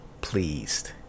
pleased